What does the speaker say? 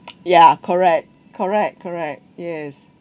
ya correct correct correct yes